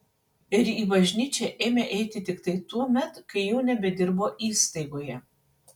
ir į bažnyčią ėmė eiti tiktai tuomet kai jau nebedirbo įstaigoje